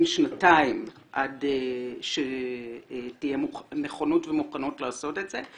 שנתיים עד שתהיה נכונות ומוכנות לעשות את זה.